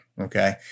Okay